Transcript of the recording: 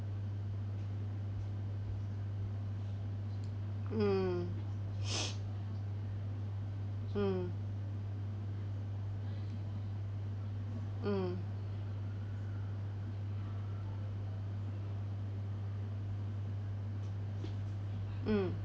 mm mm mm mm